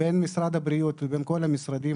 בין משרד הבריאות ובין כל המשרדים.